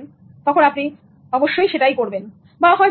আবার